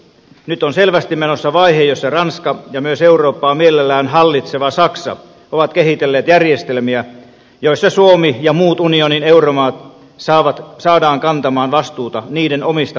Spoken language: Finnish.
nyt on selvästi menossa vaihe jossa ranska ja myös eurooppaa mielellään hallitseva saksa ovat kehitelleet järjestelmiä joissa suomi ja muut unionin euromaat saadaan kantamaan vastuuta niiden omista pankeista